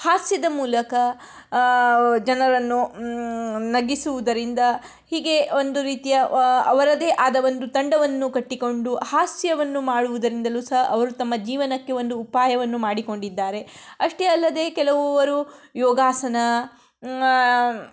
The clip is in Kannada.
ಹಾಸ್ಯದ ಮೂಲಕ ಜನರನ್ನು ನಗಿಸೋದರಿಂದ ಹೀಗೆ ಒಂದು ರೀತಿಯ ಅವರದೇ ಆದ ಒಂದು ತಂಡವನ್ನು ಕಟ್ಟಿಕೊಂಡು ಹಾಸ್ಯವನ್ನು ಮಾಡುವುದರಿಂದಲೂ ಸಹ ಅವರು ತಮ್ಮ ಜೀವನಕ್ಕೆ ಒಂದು ಉಪಾಯವನ್ನು ಮಾಡಿಕೊಂಡಿದ್ದಾರೆ ಅಷ್ಟೇ ಅಲ್ಲದೆ ಕೆಲವರು ಯೋಗಾಸನ